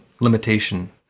limitation